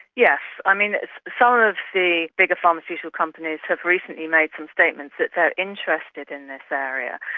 yes. i mean it's. some of the bigger pharmaceutical companies have recently made some statements that they're interested in this area,